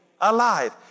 alive